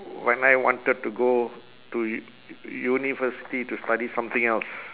when I wanted to go to u~ university to study something else